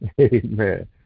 Amen